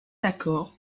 accord